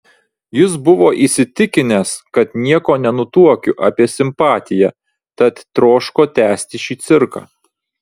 jis buvo įsitikinęs kad nieko nenutuokiu apie simpatiją tad troško tęsti šį cirką